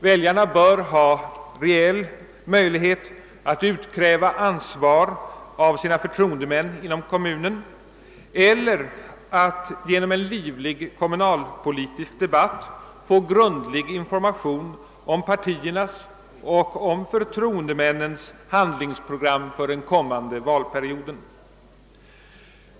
Väljarna bör ha reell möjlighet att utkräva ansvar av sina förtroendemän inom kommunen eller att genom en livlig kommunalpolitisk debatt få grundlig information om partiernas och förtroendemännens handlingsprogram = för den kommande valperioden.